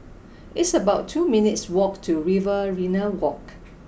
it's about two minutes' walk to Riverina Walk